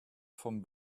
from